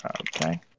Okay